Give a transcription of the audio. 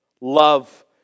Love